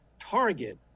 target